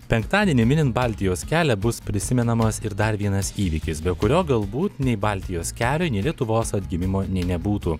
penktadienį minint baltijos kelią bus prisimenamas ir dar vienas įvykis be kurio galbūt nei baltijos kelio nei lietuvos atgimimo nė nebūtų